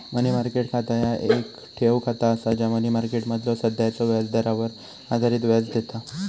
मनी market खाता ह्या येक ठेव खाता असा जा मनी मार्केटमधलो सध्याच्यो व्याजदरावर आधारित व्याज देता